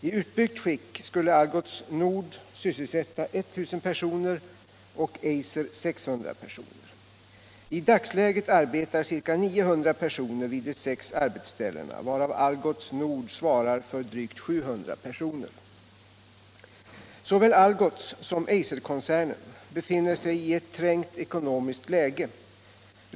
I utbyggt skick skulle Algots Nord sysselsätta 1000 personer Om åtgärder för att och Eiser 600 personer. I dagsläget arbetar ca 900 personer vid de sex säkerställa sysselarbetsställena, varav Algots Nord svarar för drygt 700 personer. sättningen vid Såväl Algotssom Eiserkoncernen befinner sig i ett trängt ekonomiskt = Algotsfabrikerna i läge.